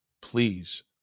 Please